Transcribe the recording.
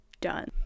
done